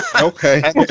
okay